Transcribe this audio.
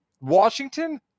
Washington